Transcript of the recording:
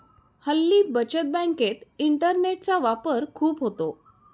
हल्ली बचत बँकेत इंटरनेटचा वापर खूप होतो